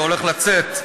שהולך לצאת,